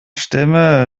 stimme